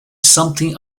something